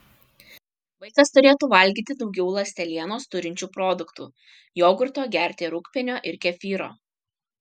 vaikas turėtų valgyti daugiau ląstelienos turinčių produktų jogurto gerti rūgpienio ir kefyro